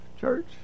church